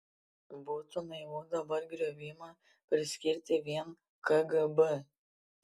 būtų naivu dabar griovimą priskirti vien kgb